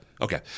Okay